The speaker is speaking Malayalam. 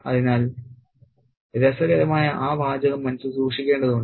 അതിനാൽ രസകരമായ ആ വാചകം മനസ്സിൽ സൂക്ഷിക്കേണ്ടതുണ്ട്